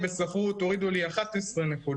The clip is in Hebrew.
בספרות, הורידו לי 11 נקודות.